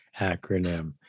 acronym